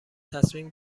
تصمیم